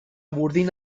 burdin